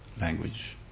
language